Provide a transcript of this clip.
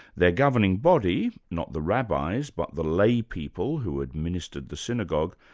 their governing body, not the rabbis but the lay people who administered the synagogue,